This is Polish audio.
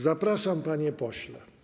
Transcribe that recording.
Zapraszam, panie pośle.